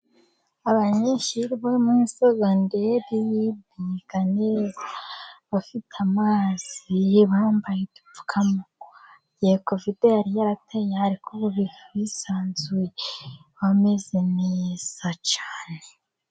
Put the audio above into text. Abanyeshuri bo muri segonderi biga neza, bafite amazi, bambaye udupfukamunwa, igihe covide yari yarateye, ariko ubu biga bisanzuye bameze neza cyane.